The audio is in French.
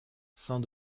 saint